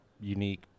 unique